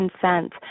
consent